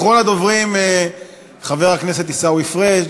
אחרון הדוברים, חבר הכנסת עיסאווי פריג'.